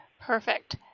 Perfect